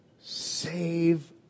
Save